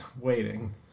waiting